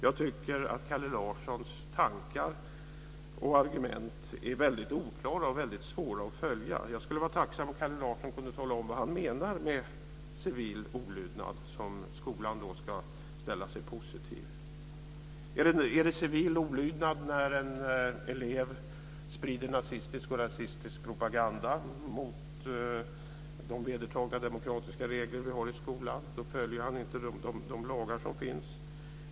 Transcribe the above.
Jag tycker att Kalle Larssons tankar och argument är väldigt oklara och väldigt svåra att följa. Jag skulle vara tacksam om Kalle Larsson kunde tala om vad han menar med civil olydnad, som alltså är något skolan ska ställa sig positiv till. Är det civil olydnad när en elev sprider nazistisk och rasistisk propaganda, mot de vedertagna demokratiska regler vi har i skolan? Då följer han ju inte de lagar som finns.